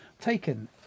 taken